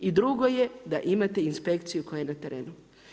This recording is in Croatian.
I drugo je da imate inspekciju koja je na terenu.